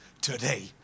today